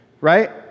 right